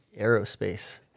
aerospace